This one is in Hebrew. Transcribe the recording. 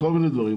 לכל מיני דברים,